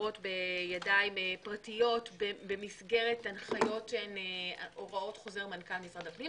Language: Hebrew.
נשארות בידיים פרטיות במסגרת הנחיות שהן הוראות חוזר מנכ"ל משרד הפנים,